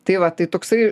tai va tai toksai